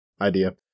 idea